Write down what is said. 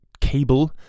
cable